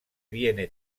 viene